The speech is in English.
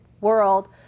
world